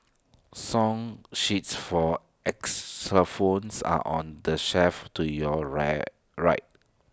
song sheets for xylophones are on the shelf to your right right